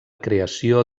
creació